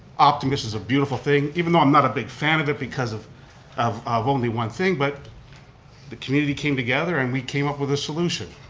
optimus is a beautiful thing, even though i'm not a big fan of it because of of only one thing, but the community came together and we came up with a solution,